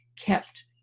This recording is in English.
kept